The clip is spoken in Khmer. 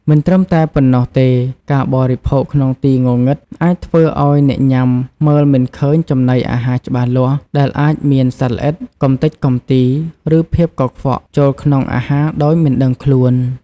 មិនត្រឹមតែប៉ុណ្ណោះទេការបរិភោគក្នុងទីងងឹតអាចធ្វើឲ្យអ្នកញ៉ាំមើលមិនឃើញចំណីអាហារច្បាស់លាស់ ដែលអាចមាន សត្វល្អិត កំទេចកំទី ឬ ភាពកខ្វក់ ចូលក្នុងអាហារដោយមិនដឹងខ្លួន ។